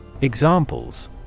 Examples